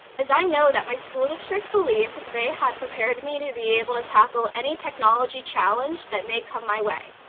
as i know that my school district believed they had prepared me to be able to tackle any technology challenge that may come my way.